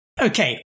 Okay